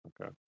Okay